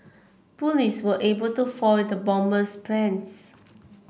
police were able to foil the bomber's plans